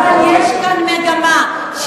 אבל יש כאן מגמה,